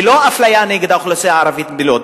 ולא אפליה נגד האוכלוסייה הערבית בלוד.